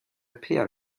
peer